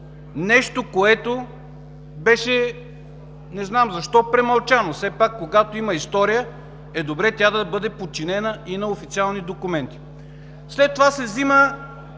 Нещо, което беше, не знам защо, премълчано. Все пак, когато има история, е добре тя да бъде подчинена и на официални документи. След това,